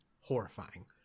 Horrifying